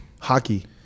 Hockey